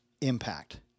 impact